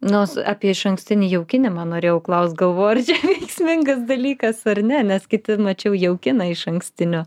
nors apie išankstinį jaukinimą norėjau klaust galvoju ar čia veiksmingas dalykas ar ne nes kiti mačiau jaukina išankstiniu